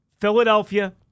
Philadelphia